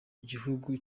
gihugu